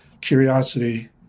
curiosity